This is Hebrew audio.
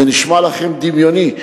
זה נשמע לכם דמיוני?